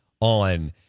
on